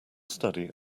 study